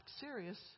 serious